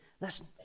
Listen